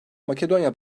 makedonya